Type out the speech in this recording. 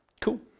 Cool